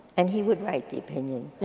and he would write the opinion.